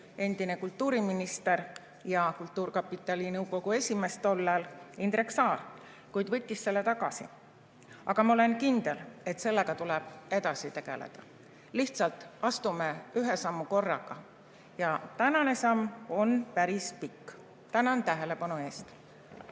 endine kultuuriminister ja tollane kultuurkapitali nõukogu esimees Indrek Saar, kuid võttis selle tagasi. Aga ma olen kindel, et sellega tuleb edasi tegeleda. Lihtsalt astume ühe sammu korraga. Ja tänane samm on päris pikk. Tänan tähelepanu eest!